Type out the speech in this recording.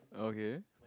okay